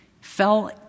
fell